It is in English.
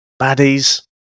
baddies